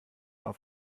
auf